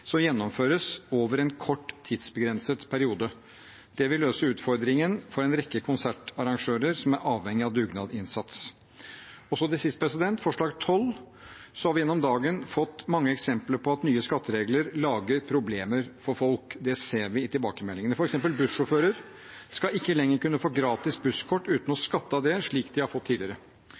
som gjennomføres over en kort, tidsbegrenset periode. Det vil løse utfordringen for en rekke konsertarrangører som er avhengig av dugnadsinnsats. Til sist forslag nr. 12: Vi har i løpet av dagen fått mange eksempler på at nye skatteregler lager problemer for folk. Det ser vi av tilbakemeldingene. For eksempel skal bussjåfører ikke lenger få gratis busskort uten å skatte av det, slik de har fått tidligere.